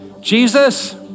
Jesus